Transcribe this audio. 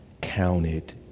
counted